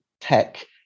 tech